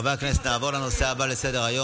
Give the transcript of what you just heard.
חברי הכנסת, נעבור לנושא הבא על סדר-היום: